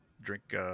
drink